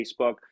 Facebook